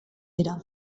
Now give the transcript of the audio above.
dira